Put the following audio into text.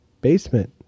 Basement